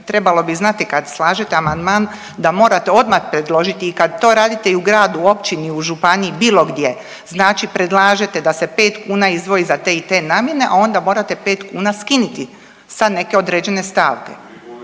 trebalo bi znati kad slažete amandman da morate odmah predložiti i kad to radite u gradu, općini, u županiji bilo gdje, znači predlažete da se 5 kuna izdvoji za te i te namjene, a onda morate 5 kuna skiniti sa neke određene stavke